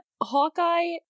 Hawkeye